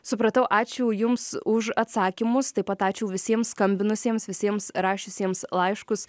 supratau ačiū jums už atsakymus taip pat ačiū visiems skambinusiems visiems rašiusiems laiškus